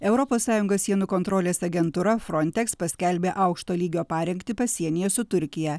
europos sąjungos sienų kontrolės agentūra frontex paskelbė aukšto lygio parengtį pasienyje su turkija